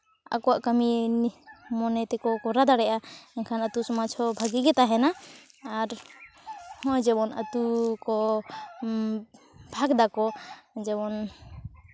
ᱟᱠᱚᱣᱟᱜ ᱠᱟᱹᱢᱤ ᱢᱤᱫ ᱢᱚᱱᱮ ᱛᱮᱠᱚ ᱠᱚᱨᱟᱣ ᱫᱟᱲᱮᱜᱼᱟ ᱮᱱᱠᱷᱟᱱ ᱟᱛᱳ ᱥᱚᱢᱟᱡᱽ ᱦᱚᱸ ᱵᱷᱟᱜᱮ ᱜᱮ ᱛᱟᱦᱮᱱᱟ ᱟᱨ ᱱᱚᱜᱼᱚᱸᱭ ᱡᱮᱢᱚᱱ ᱟᱛᱳ ᱠᱚ ᱵᱷᱟᱜᱽ ᱫᱟᱠᱚ ᱡᱮᱢᱚᱱ